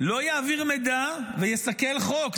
לא יעביר מידע ויסכל חוק.